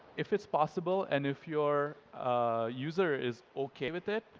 if it's possible and if your user is okay with it,